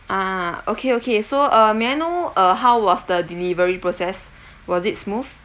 ah okay okay so uh may I know uh how was the delivery process was it smooth